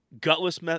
Gutless